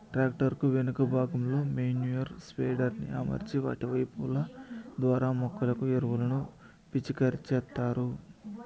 tractor కు వెనుక భాగంలో మేన్యుర్ స్ప్రెడర్ ని అమర్చి వాటి పైపు ల ద్వారా మొక్కలకు ఎరువులను పిచికారి చేత్తారు